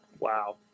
wow